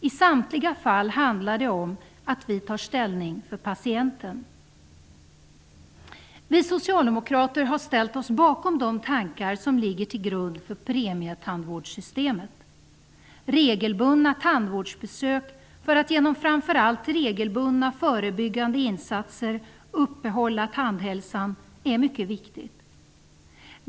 I samtliga fall handlar det om att vi tar ställning för patienten. Vi socialdemokrater har ställt oss bakom de tankar som ligger till grund för premietandvårdssystemet. Regelbundna tandvårdsbesök för att genom framför allt regelbundna förebyggande insatser uppehålla tandhälsan är mycket viktigt.